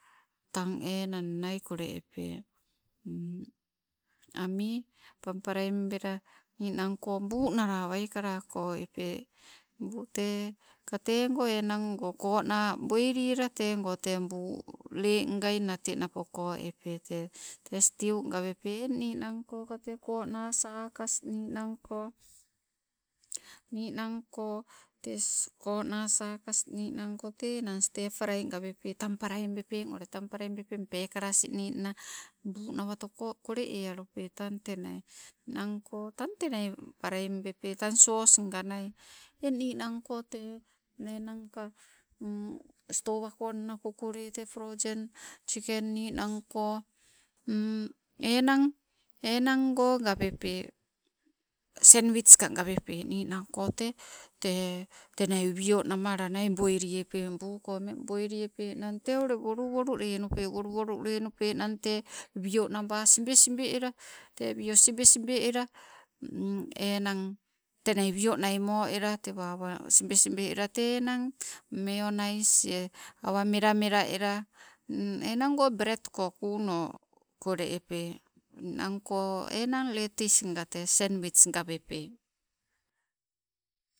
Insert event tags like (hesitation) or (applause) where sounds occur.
Tang enang nai kole epee, (hesitation) ami pampalaim bela ninangko buu nala waikela ko epee, buu te tekatego enang o kona boili ela tego te buu lee ngaina te napo ko epee te, stiu gawepe. Eng ninang koka te kona sakas ninangko, ninangko kona sakas, ninangko tee enang tee stee prai gawape tang praim bepeng tang plaim bepeng pekala asin ninang buu nawatoko kole ealupe tang tenai ninangko tang tenai plaim bepee tan soi sosinganai. Eng ninangko te enang ka (hesitation) stowa konna kokole te, prozen siken ninangko (hesitation) enang, enango gawepe senwits ka gawepe ninangko tee te, tenia wionamalana nai boili epe buu ko mmeng boili epenang tee ule wolu wolu lenupe. Wolu wolu lenupenang te wionaba sibe sibe ela ta wio sibe sibe ela enang, tenia wio nai mo ela tewa awa sibe elee tei enang, meionais ie awa mela mela ela, enang go bret ko kunno kole epee ninangko enang letis nga te senwits gawepe.